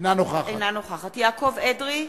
אינה נוכחת יעקב אדרי,